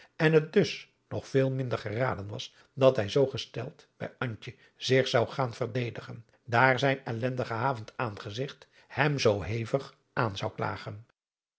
en het dus nog veel minder geraden was dat hij zoo gesteld bij antje zich zou gaan verdedigen daar zijn ellendig gehavend aangezigt hem zoo hevig aan zou klagen